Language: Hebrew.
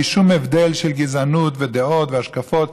בלי שום הבדל של גזע ודעות והשקפות.